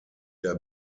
der